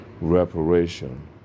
reparation